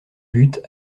buts